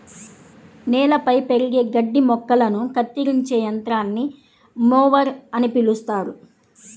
నేలపై పెరిగే గడ్డి మొక్కలను కత్తిరించే యంత్రాన్ని మొవర్ అని పిలుస్తారు